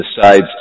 decides